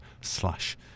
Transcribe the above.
slash